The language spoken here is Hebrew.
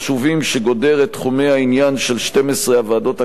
שגודר את תחומי העניין של 12 הוועדות הקבועות,